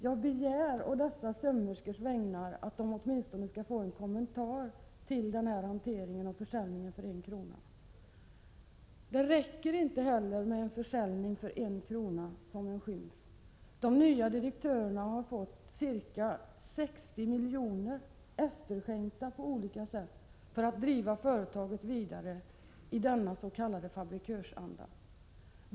Jag begär å dessa sömmerskors vägnar att de åtminstone skall få en kommentar till denna hantering och försäljningen för en krona. Men det räcker inte heller med försäljningen för en krona. De nya direktörerna har fått ca 60 milj.kr. på olika sätt efterskänkta för att kunna driva företaget vidare i denna s.k. fabrikörsanda.